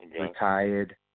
retired